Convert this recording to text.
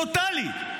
טוטלית.